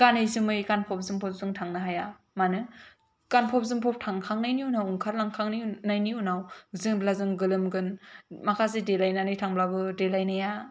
गानै जोमै गानफब जोमफब जों थांनो हाया मानो गानफब जोमफब थांखांनायनि उनाव ओंखारलांखांनायनि उनाव जेब्ला जों गोलोमगोन माखासे देलाइनानै थांब्लाबो देलाइनाया